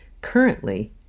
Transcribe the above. Currently